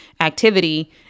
activity